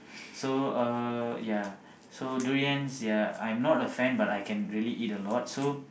so uh ya so durians I'm not a fan but I can eat a lot so